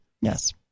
Yes